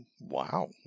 Wow